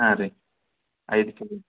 ಹಾಂ ರೀ ಐದು ಕೆಜಿ